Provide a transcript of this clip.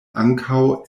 ankaŭ